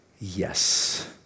yes